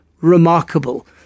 remarkable